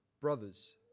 Brothers